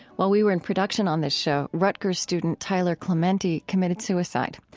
while we were in production on this show, rutgers student tyler clementi committed suicide.